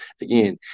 again